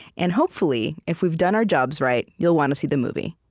and hopefully, if we've done our jobs right, you'll want to see the movie